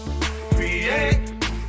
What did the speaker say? Create